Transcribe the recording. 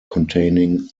containing